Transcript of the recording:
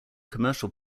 commercial